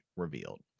revealed